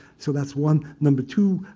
so that's one. number two,